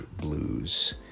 Blues